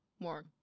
more